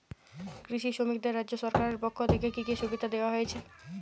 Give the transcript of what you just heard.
কৃষি শ্রমিকদের রাজ্য সরকারের পক্ষ থেকে কি কি সুবিধা দেওয়া হয়েছে?